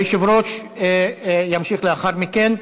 היושב-ראש ימשיך לאחר מכן.